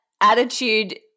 attitude